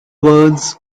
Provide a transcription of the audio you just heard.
words